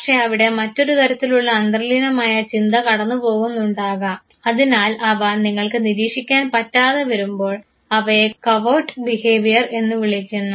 പക്ഷേ അവിടെ മറ്റൊരുതരത്തിലുള്ള അന്തർലീനമായ ചിന്ത കടന്നുപോകുന്നുണ്ടാകാം അതിനാൽ അവ നിങ്ങൾക്ക് നിരീക്ഷിക്കാൻ പറ്റാതെ വരുമ്പോൾ അവയെ കവേർട്ട് ബിഹേവിയർ എന്നു വിളിക്കുന്നു